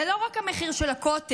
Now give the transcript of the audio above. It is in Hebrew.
זה לא רק המחיר של הקוטג',